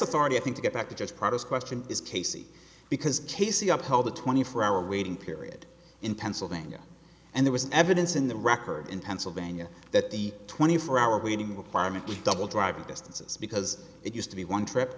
authority i think to get back to just part of the question is casey because casey upheld the twenty four hour waiting period in pennsylvania and there was evidence in the record in pennsylvania that the twenty four hour waiting requirement to double driving distances because it used to be one trip